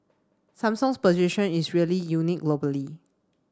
Samsung's position is really unique globally